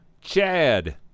chad